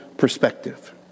perspective